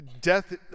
Death